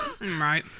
Right